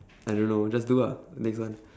I don't know just do ah next one